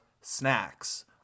snacks